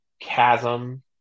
chasm